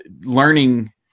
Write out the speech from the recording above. learning